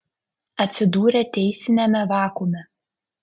atsidūrė teisiniame vakuume